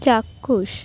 চাক্ষুষ